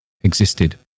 existed